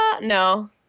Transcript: No